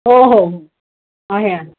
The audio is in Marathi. हो हो आहे आहे